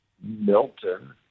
Milton